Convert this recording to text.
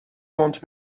want